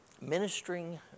Ministering